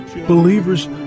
believers